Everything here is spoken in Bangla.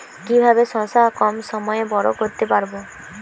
কিভাবে শশা কম সময়ে বড় করতে পারব?